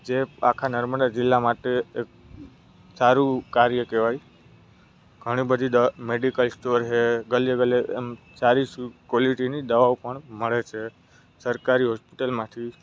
જે આખા નર્મદા જીલ્લામાં માટે એક સારું કાર્ય કહેવાય ઘણીબધી મેડિકલ સ્ટોર છે ગલીએ ગલીએ એમ સારી ક્વૉલિટીની દવાઓ પણ મળે છે સરકારી હોસ્પિટલમાંથી